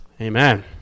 Amen